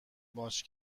ماچ